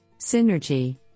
Synergy